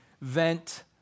vent